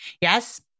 Yes